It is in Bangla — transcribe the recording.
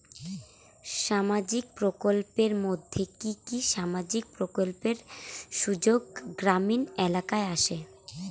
সামাজিক প্রকল্পের মধ্যে কি কি সামাজিক প্রকল্পের সুযোগ গ্রামীণ এলাকায় আসে?